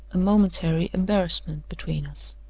a momentary embarrassment between us.